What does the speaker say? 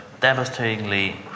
devastatingly